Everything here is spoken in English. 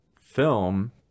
film